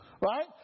right